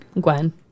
Gwen